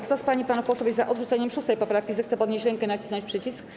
Kto z pań i panów posłów jest za odrzuceniem 6. poprawki, zechce podnieść rękę i nacisnąć przycisk.